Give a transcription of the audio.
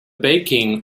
baking